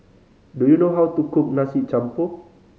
do you know how to cook Nasi Campur